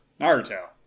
Naruto